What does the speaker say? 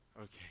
Okay